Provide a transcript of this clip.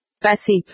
Passive